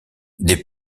des